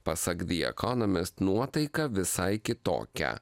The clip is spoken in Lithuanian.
pasak the economist nuotaika visai kitokia